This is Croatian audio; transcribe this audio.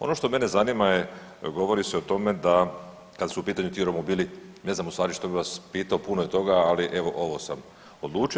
Ono što mene zanima je govori se o tome da, kad su u pitanju ti romobili, ne znam ustvari što bi vas pitao, puno je toga, ali evo, ovo sam odlučio.